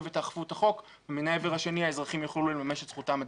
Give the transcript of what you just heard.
ותאכפו את החוק ומן העבר השני האזרחים יוכלו לממש את זכותם הדמוקרטית.